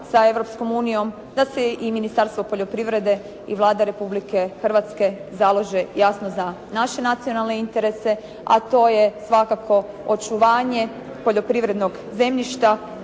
unijom. Da se i Ministarstvo poljoprivrede i Vlada Republike Hrvatske založe jasno za naše nacionalne interese, a to je svakako očuvanje poljoprivrednog zemljišta,